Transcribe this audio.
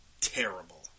terrible